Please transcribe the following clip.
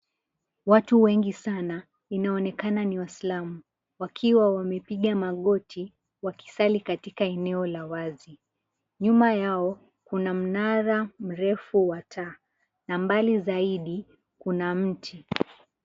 Watu wengi sana inaonekana ni Waislamu wakiwa wamepiga magoti wakisali katika eneo ya wazi. Nyuma yao kuna mnara mrefu wa taa na mbali zaidi kuna miti.